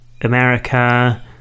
America